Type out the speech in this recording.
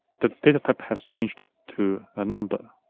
the data type has changed to a number